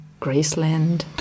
Graceland